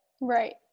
Right